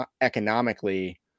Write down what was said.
economically